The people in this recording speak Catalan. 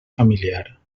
familiar